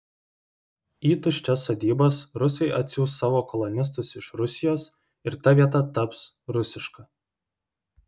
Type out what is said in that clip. į tuščias sodybas rusai atsiųs savo kolonistus iš rusijos ir ta vieta taps rusiška